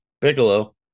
Piccolo